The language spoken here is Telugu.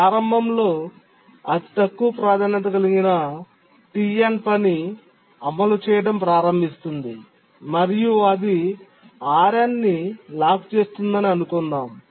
ప్రారంభంలో అతి తక్కువ ప్రాధాన్యత కలిగిన Tn పని అమలు చేయడం ప్రారంభిస్తుంది మరియు అది Rn ని లాక్ చేస్తుందని అనుకుందాం